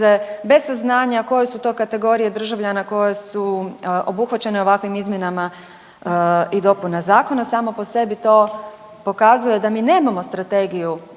bez saznanja koje su to kategorije državljana koje su obuhvaćene ovakvim izmjenama i dopunama zakona. Samo po sebi to pokazuje da mi nemamo strategiju